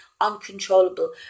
uncontrollable